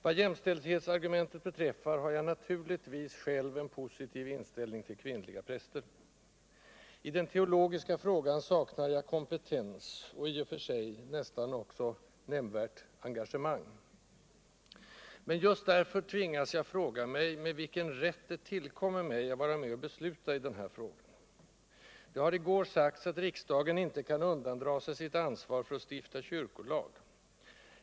Vad jämställdhetsargumenten beträffar har jag naturligtvis själv en positiv inställning till kvinnliga präster. I den teologiska frågan saknar jag kompcetens, och i och för sig också nämnvärt engagemang. Men just därför tvingas Jag fråga mig med vilken rätt det tillkommer mig att vara med och besluta i denna fråga. Det sades i går att riksdagen inte kan undandra sig sitt ansvar att stifta kyrkolag.